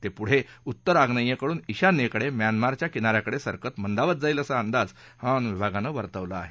ते पुढे उत्तर आम्नेयकडून ईशान्येकडे म्यानमारच्या किना याकडे सरकत मंदावत जाईल असा अंदाज हवामान विभागानं वर्तवला आहे